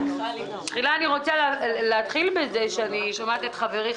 תחילה אני רוצה לומר שאני שומעת את חברי,